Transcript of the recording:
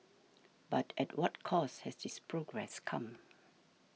but at what cost has this progress come